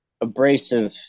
abrasive